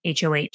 HOH